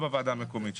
במועצה המקומית.